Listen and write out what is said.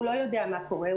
הוא לא יודע מה קורה,